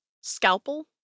scalpel